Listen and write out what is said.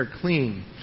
clean